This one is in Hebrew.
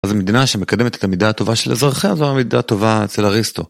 אז המדינה שמקדמת את המידה הטובה של אזרחיה זו המידה הטובה אצל אריסטו.